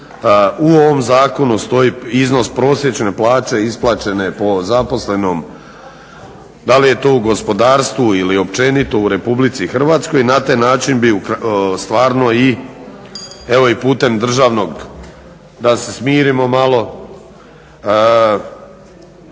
u ovom zakonu stoji iznos prosječne plaće isplaćene po zaposlenom. Da li je to u gospodarstvu ili općenito u Republici Hrvatskoj, na taj način bi stvarno i, evo i putem državnog, da se smirimo malo,